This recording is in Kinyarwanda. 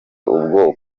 ubwo